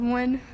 one